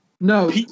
No